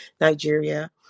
nigeria